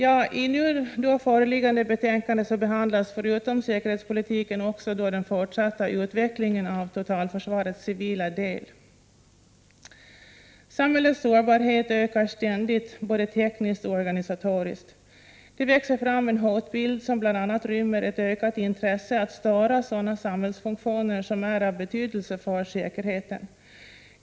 I nu föreliggande betänkande behandlas förutom säkerhetspolitiken också den fortsatta utvecklingen av totalförsvarets civila del. Samhällets sårbarhet ökar ständigt både tekniskt och organisatoriskt. Det växer fram en hotbild som bl.a. rymmer ett ökat intresse att störa sådana samhällsfunktioner som är av betydelse för säkerheten.